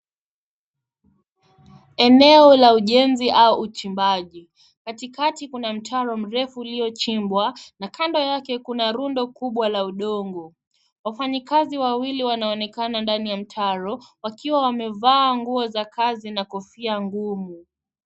Eneo la ujensi au uchimbaji. Katikati kuna mtaro mrefu uliochimbwa na kando yake kuna rundo kubwa la udongo. Wafanyakazi wawili wanaonekana ndani ya mtaro wakiwa wamevaa nguo za kazi na kofia ngumu.